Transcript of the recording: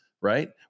Right